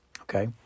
okay